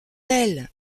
elle